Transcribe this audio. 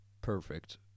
perfect